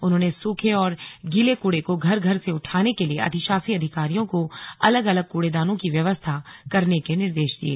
उन्होंने सुखे और गीले कूड़े को घर घर से उठाने के लिए अधिशासी अधिकारियों को अलग अलग कूड़ेदानों की व्यवस्था करने के निर्देश दिये